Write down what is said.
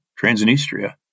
Transnistria